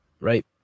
right